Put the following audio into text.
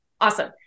Awesome